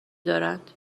دارند